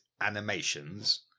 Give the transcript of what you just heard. animations